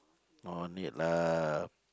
no need lah